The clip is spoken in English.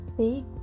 Big